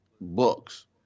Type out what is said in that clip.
books